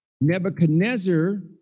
Nebuchadnezzar